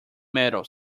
medal